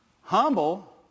Humble